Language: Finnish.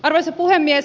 arvoisa puhemies